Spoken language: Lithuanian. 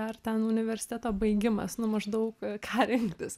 ar ten universiteto baigimas nu maždaug ką rinktis